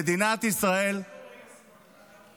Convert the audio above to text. במדינת ישראל, רגע,